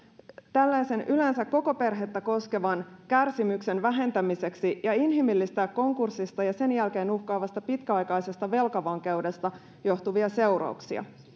tällaisen yleensä koko perhettä koskevan kärsimyksen vähentämiseksi ja inhimillistää konkurssista ja sen jälkeen uhkaavasta pitkäaikaisesta velkavankeudesta johtuvia seurauksia